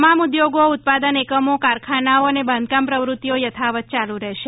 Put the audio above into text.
તમામ ઉદ્યોગો ઉત્પાદન એકમો કારખાનાઓ અને બાંધકામ પ્રવૃત્તિઓ યથાવત યાલુ રહેશે